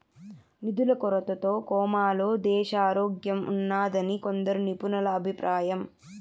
నిధుల కొరతతో కోమాలో దేశారోగ్యంఉన్నాదని కొందరు నిపుణుల అభిప్రాయం